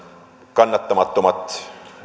kannattamattomat